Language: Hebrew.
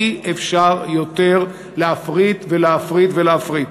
אי-אפשר יותר להפריט ולהפריט ולהפריט.